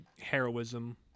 heroism